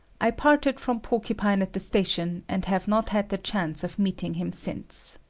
i parted from porcupine at the station, and have not had the chance of meeting him since.